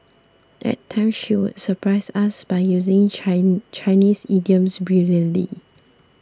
at times she would surprise us by using Chinese idioms brilliantly